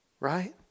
Right